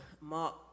Mark